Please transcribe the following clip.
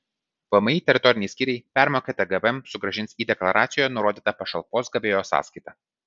vmi teritoriniai skyriai permokėtą gpm sugrąžins į deklaracijoje nurodytą pašalpos gavėjo sąskaitą